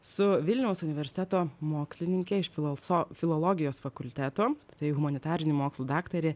su vilniaus universiteto mokslininke iš filolso filologijos fakulteto tai humanitarinių mokslų daktarė